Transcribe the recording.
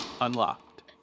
Unlocked